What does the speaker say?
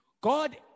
God